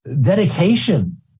dedication